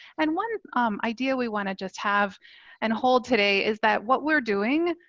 and one idea we wanna just have and hold today is that what we're doing,